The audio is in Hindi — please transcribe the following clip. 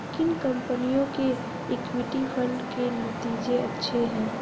किन कंपनियों के इक्विटी फंड के नतीजे अच्छे हैं?